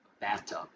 bathtub